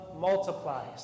multiplies